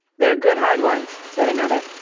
they're good hard ones, said another.